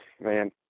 man